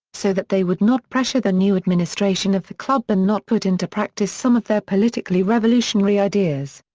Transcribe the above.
so that they would not pressure the new administration of the club and not put into practice some of their politically revolutionary ideas.